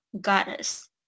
goddess